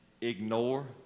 Ignore